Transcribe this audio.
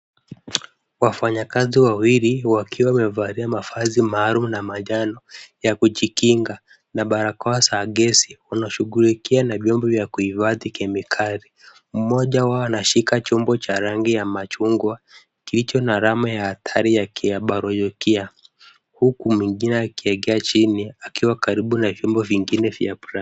Wafanyakazi wawili wakiwa wamevalia mavazi maalum la manjano ya kujikinga na barakoa za gesi, wanashughulikia na vymbo vya kuhifadhi kemikali. Mmoja wao anashika chombo cha rangi ya machungwa kilicho na alama ya hatari kia bayolokia, huku mwingine akiekea chini akiwa karibu na vyombo vingine vya black .